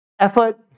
effort